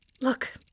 Look